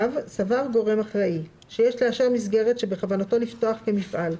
סבר גורם אחראי שיש לאשר מסגרת שבכוונתו לפתוח כמפעל,